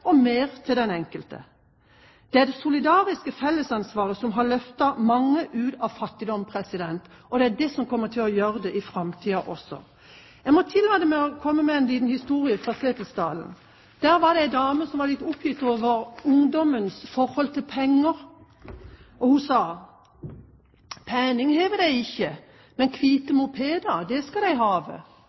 og mer til den enkelte. Det er det solidariske fellesansvaret som har løftet mange ut av fattigdom, og det er det som kommer til å gjøre det i framtiden også. Jeg må tillate meg å komme med en liten historie fra Setesdal. Der var det en dame som var litt oppgitt over ungdommens forhold til penger. Hun sa: «Peninge heve dei ikkje, men kvite mopeda det